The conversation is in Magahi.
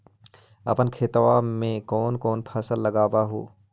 अपन खेतबा मे कौन कौन फसल लगबा हू?